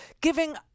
giving